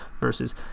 versus